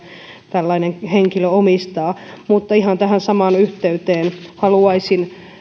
tällainen henkilö omistaa mutta ihan tähän samaan yhteyteen haluaisin